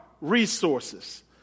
resources